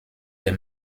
des